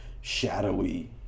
shadowy